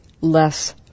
less